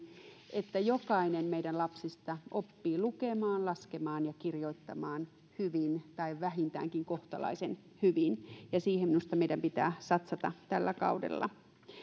että jokainen meidän lapsistamme oppii lukemaan laskemaan ja kirjoittamaan hyvin tai vähintäänkin kohtalaisen hyvin ja siihen meidän minusta pitää satsata tällä kaudella